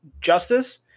justice